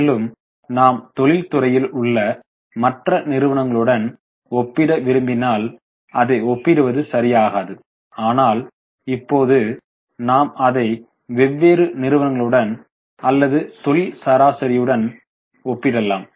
மேலும் நாம் தொழில் துறையில் உள்ள மற்ற நிறுவனங்களுடன் ஒப்பிட விரும்பினால் அதை ஒப்பிடுவது சரியாகாது ஆனால் இப்போது நாம் அதை வெவ்வேறு நிறுவனங்களுடன் அல்லது தொழில் சராசரியுடன் ஒப்பிடலாம்